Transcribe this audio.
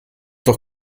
doch